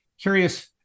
curious